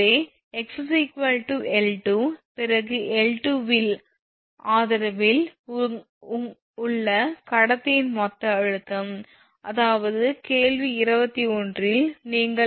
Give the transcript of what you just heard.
எனவே 𝑥 𝐿2 பிறகு 𝐿2 இல் ஆதரவில் உள்ள கடத்தியின் மொத்த அழுத்தம் அதாவது கேள்வி 21 இல் நீங்கள் 𝑥 𝐿2 ஐ மாற்றுவீர்கள்